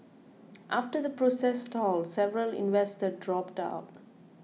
after the process stalled several investors dropped out